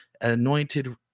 Anointed